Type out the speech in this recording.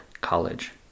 College